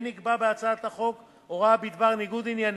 כן נקבעה בהצעת החוק הוראה בדבר ניגוד עניינים.